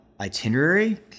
itinerary